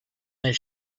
their